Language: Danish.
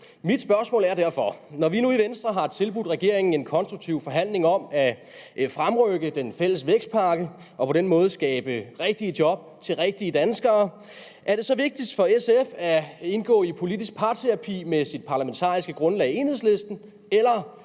Mit spørgsmål er derfor: Når vi nu i Venstre har tilbudt regeringen en konstruktiv forhandling om at fremrykke den fælles vækstpakke og på den måde skabe rigtige job til rigtige danskere, er det så vigtigst for SF at indgå i politisk parterapi med sit parlamentariske grundlag, Enhedslisten, eller